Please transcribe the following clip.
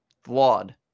flawed